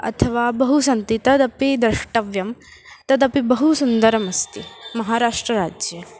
अथवा बहु सन्ति तदपि द्रष्टव्यं तदपि बहु सुन्दरमस्ति महाराष्ट्रराज्ये